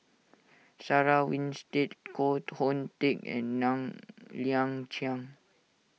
Sarah Winstedt Koh Hoon Teck and Ng Liang Chiang